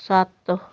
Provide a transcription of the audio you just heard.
ਸੱਤ